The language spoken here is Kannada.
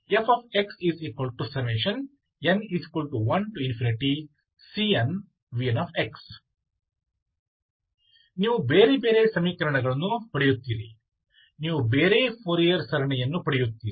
fxn1cnvn ನೀವು ಬೇರೆಬೇರೆ ಸಮೀಕರಣವನ್ನು ಪಡೆಯುತ್ತೀರಿ ನೀವು ಬೇರೆ ಫೋರಿಯರ್ ಸರಣಿಯನ್ನು ಪಡೆಯುತ್ತೀರಿ